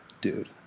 dude